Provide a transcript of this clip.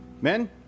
Men